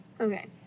Okay